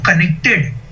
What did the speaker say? connected